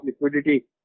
liquidity